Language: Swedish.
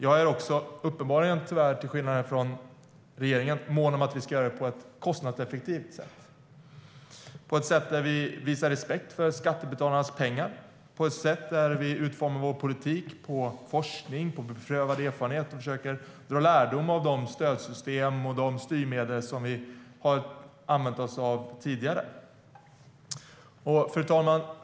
Jag är också, tyvärr uppenbarligen till skillnad från regeringen, mån om att vi ska göra det på ett kostnadseffektivt sätt, så att vi visar respekt för skattebetalarnas pengar, utformar vår politik på grundval av forskning och beprövad erfarenhet och försöker dra lärdom av de stödsystem och de styrmedel som vi har använt oss av tidigare. Fru talman!